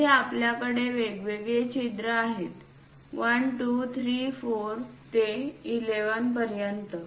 येथे आपल्याकडे वेगवेगळे छिद्र आहेत 1 2 3 4 ते 11 पर्यंत